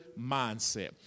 mindset